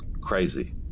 Crazy